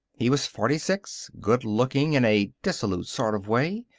he was forty-six, good-looking in a dissolute sort of way,